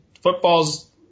football's